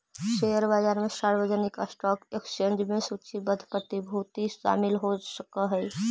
share बाजार में सार्वजनिक स्टॉक एक्सचेंज में सूचीबद्ध प्रतिभूति शामिल हो सकऽ हइ